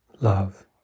love